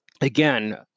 again